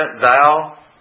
thou